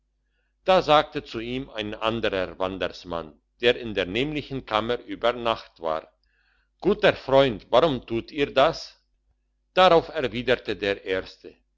da sagte zu ihm ein anderer wandersmann der in der nämlichen kammer über nacht war guter freund warum tut ihr das darauf erwiderte der erste